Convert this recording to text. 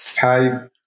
Hi